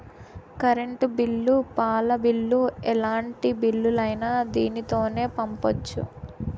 current bill పాల bill ఎలాంటి బిల్లులైనా దీనితోనే పంపొచ్చు